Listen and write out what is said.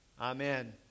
Amen